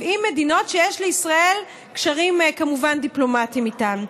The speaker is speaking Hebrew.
70 מדינות שיש לישראל כמובן קשרים דיפלומטיים איתם.